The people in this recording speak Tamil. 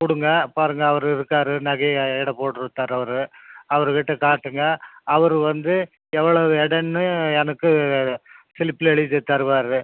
கொடுங்கள் பாருங்கள் அவர் இருக்கார் நகையை எடை போட்டு தர்றவர் அவருக்கிட்டே காட்டுங்கள் அவர் வந்து எவ்வளவு எடைன்னு எனக்கு ஸ்லிப்பில் எழுதி தருவார்